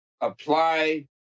apply